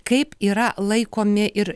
kaip yra laikomi ir